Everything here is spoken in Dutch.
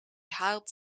haalt